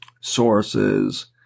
sources